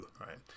right